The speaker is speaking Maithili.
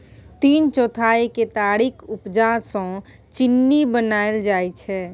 तीन चौथाई केतारीक उपजा सँ चीन्नी बनाएल जाइ छै